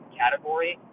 category